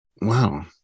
Wow